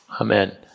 Amen